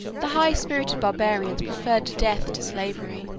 the high-spirited barbarians preferred death to slavery.